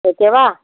okay வா